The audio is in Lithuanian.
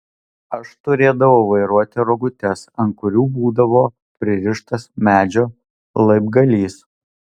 aš turėdavau vairuoti rogutes ant kurių būdavo pririštas medžio laibgalys